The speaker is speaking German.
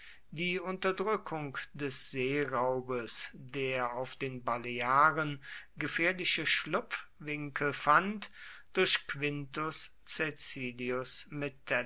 die unterdrückung des seeraubes der auf den balearen gefährliche schlupfwinkel fand durch quintus